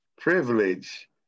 privilege